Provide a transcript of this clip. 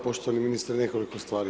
Poštovani ministre, nekoliko stvari.